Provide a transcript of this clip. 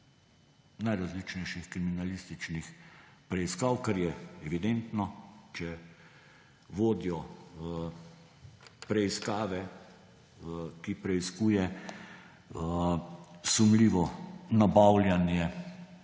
najrazličnejših kriminalističnih preiskav, kar je evidentno. Če vodjo preiskave, ki preiskuje sumljivo nabavljanje